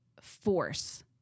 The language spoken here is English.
force